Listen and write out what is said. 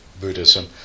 Buddhism